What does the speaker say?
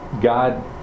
God